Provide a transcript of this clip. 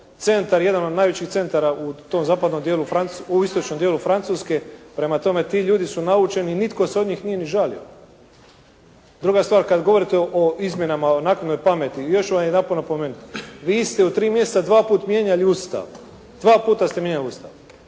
centar jedan od najvećih centara u tom zapadnom dijelu, u istočnom dijelu Francuske. Prema tome, ti ljudi su naučen i nitko se od njih nije ni žalio. Druga stvar, kada govorite o izmjenama o naknadnoj pameti, još ću vam jedanput napomenuti. Vi ste u tri mjeseca dva puta mijenjali Ustav, dva puta ste mijenjali Ustav.